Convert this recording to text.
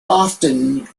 often